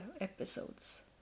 episodes